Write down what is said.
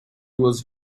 was